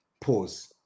Pause